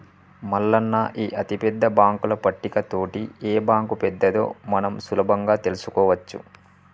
మల్లన్న ఈ అతిపెద్ద బాంకుల పట్టిక తోటి ఏ బాంకు పెద్దదో మనం సులభంగా తెలుసుకోవచ్చు